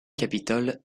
capitole